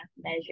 measure